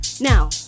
Now